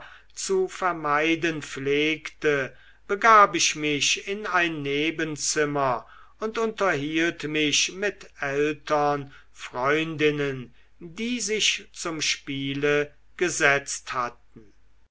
zu vermeiden pflegte begab ich mich in ein nebenzimmer und unterhielt mich mit ältern freundinnen die sich zum spiele gesetzt hatten